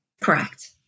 Correct